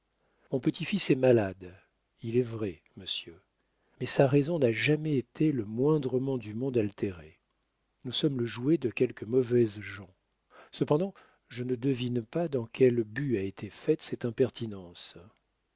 mon petit-fils est malade il est vrai monsieur mais sa raison n'a jamais été le moindrement du monde altérée nous sommes le jouet de quelques mauvaises gens cependant je ne devine pas dans quel but a été faite cette impertinence